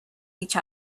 each